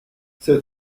c’est